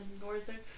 northern